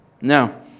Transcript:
Now